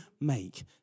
make